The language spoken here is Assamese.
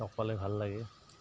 লগ পালে ভাল লাগে